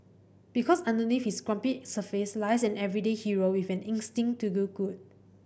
because underneath his grumpy surface lies an everyday hero with an instinct to do good